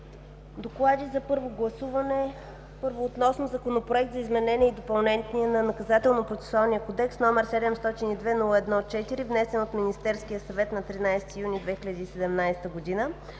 „ДОКЛАД за първо гласуване относно Законопроект за изменение и допълнение на Наказателно-процесуалния кодекс, № 702-01-4, внесен от Министерския съвет на 13 юни 2017 г.